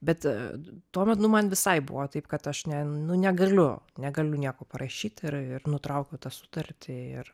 bet tuomet nu man visai buvo taip kad aš ne nu negaliu negaliu nieko parašyt ir ir nutraukiau tą sutartį ir